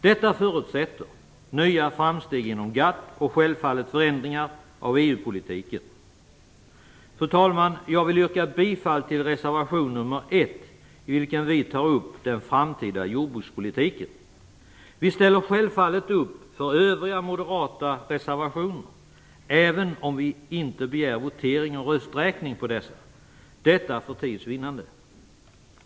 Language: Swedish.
Detta förutsätter nya framsteg inom WTO och självfallet förändringar av EU Fru talman! Jag yrkar bifall till reservation nr 1, i vilken vi tar upp den framtida jordbrukspolitiken. Vi ställer självfallet upp också för övriga moderata reservationer, även om vi inte begär votering och rösträkning om dessa - detta för tids vinnande.